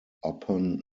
upon